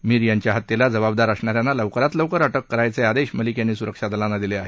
मीर यांच्या हत्येला जबाबदार असणाऱ्यांना लवकरात लवकर अटक करण्याचे आदेश मलिक यांनी सुरक्षा दलांना दिले आहेत